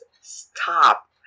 Stop